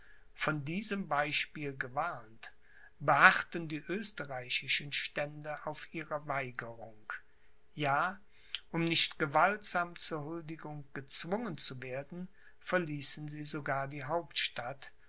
von diesem beispiel gewarnt beharrten die österreichischen stände auf ihrer weigerung ja um nicht gewaltsam zur huldigung gezwungen zu werden verließen sie sogar die hauptstadt